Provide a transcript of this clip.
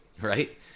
right